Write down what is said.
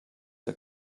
der